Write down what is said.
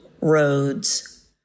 roads